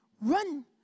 Run